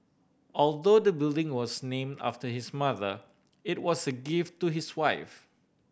although the building was name after his mother it was a gift to his wife